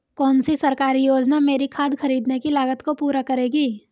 कौन सी सरकारी योजना मेरी खाद खरीदने की लागत को पूरा करेगी?